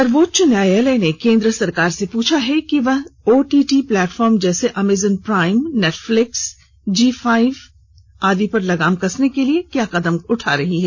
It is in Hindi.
सर्वोच्च न्यायालय ने केंद्र सरकार से पूछा है कि वो ओटीटी प्लेटफार्म जैसे Amazon Prime Netflix Zee five आदि पर लगाम कसने के लिए क्या कदम उठा रही है